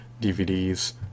DVDs